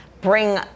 bring